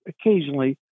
occasionally